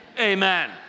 amen